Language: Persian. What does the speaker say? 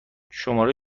شماره